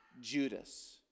Judas